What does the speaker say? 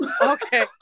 Okay